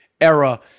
era